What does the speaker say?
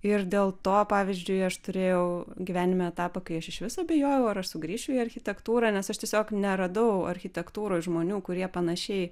ir dėl to pavyzdžiui aš turėjau gyvenime etapą kai aš išvis abejojau ar aš sugrįšiu į architektūrą nes aš tiesiog neradau architektūroj žmonių kurie panašiai